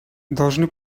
должны